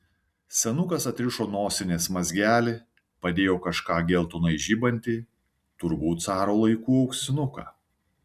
senukas atrišo nosinės mazgelį padėjo kažką geltonai žibantį turbūt caro laikų auksinuką